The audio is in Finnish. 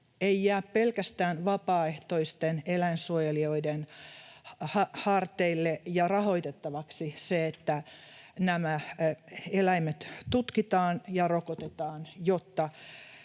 ei jää pelkästään vapaaehtoisten eläinsuojelijoiden harteille ja rahoitettavaksi se, että nämä eläimet tutkitaan ja rokotetaan, jotta